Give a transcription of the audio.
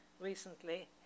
recently